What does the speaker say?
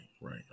right